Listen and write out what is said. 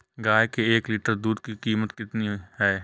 गाय के एक लीटर दूध की कीमत कितनी है?